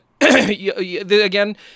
Again